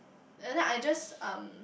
and then I just um